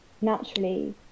naturally